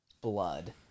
blood